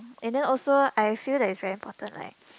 and then also I feel that it's very important like